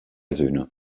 söhne